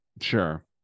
Sure